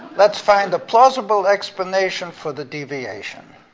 let's find a plausible explanation for the deviation.